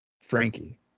Frankie